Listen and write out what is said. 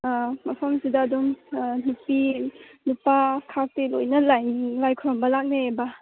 ꯑꯥ ꯃꯐꯝꯁꯤꯗ ꯑꯗꯨꯝ ꯑꯥ ꯅꯨꯄꯤ ꯅꯨꯄꯥ ꯈꯥꯛꯇꯦ ꯂꯣꯏꯅ ꯂꯥꯏ ꯈꯨꯔꯨꯝꯕ ꯂꯥꯛꯅꯩꯕ